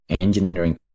engineering